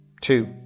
two